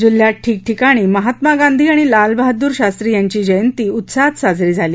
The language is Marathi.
जिल्ह्यात ठिकठिकाणी महात्मा गांधी आणि लालबहादुर शास्त्री यांची जयंती उत्साहात साजरी झाली